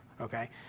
okay